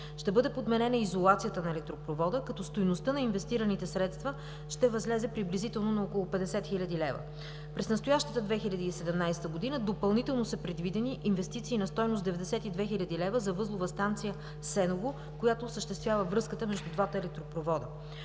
Ще бъде подменена изолацията на електропровода, като стойността на инвестираните средства ще възлезе приблизително на около 50 хил. лв. През настоящата 2017 г. допълнително са предвидени инвестиции на стойност 92 хил. лв. за възлова станция Сеново, която осъществява връзката между двата електропровода.